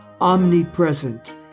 omnipresent